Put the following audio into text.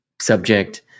subject